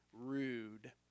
rude